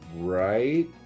right